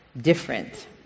different